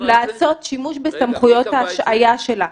לעשות שימוש בסמכויות ההשעיה שלה.